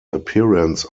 appearance